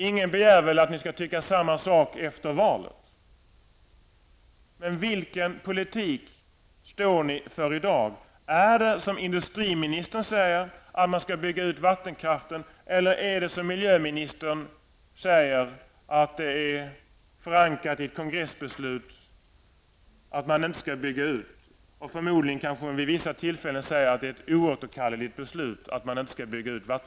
Ingen begär väl att ni skall tycka samma sak efter valet, men vilken politik står ni för i dag: Är det som industriministern säger att man skall bygga ut vattenkraften eller är det som miljöministern säger att det är förankrat i kongressbeslut att man inte skall bygga ut vattenkraften och att detta är ett oåterkalleligt beslut?